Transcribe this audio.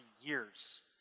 years